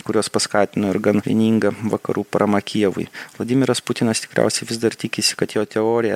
kuriuos paskatino ir gan vieninga vakarų parama kijevui vladimiras putinas tikriausiai vis dar tikisi kad jo teorija